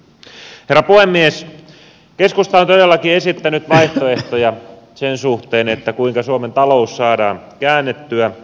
keskusta on todellakin esittänyt vaihtoehtoja sen suhteen kuinka suomen talous saadaan käännettyä